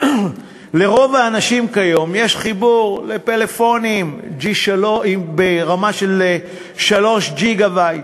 לרוב האנשים כיום יש חיבור לפלאפונים ברמה של 3 ג'יגה-בייט,